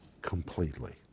completely